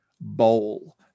bowl